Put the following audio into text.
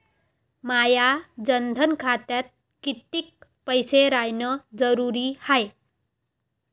माया जनधन खात्यात कितीक पैसे रायन जरुरी हाय?